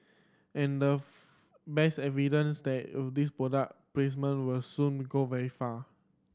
and the best evidence that of this product placement will soon go very far